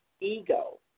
ego